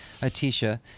Atisha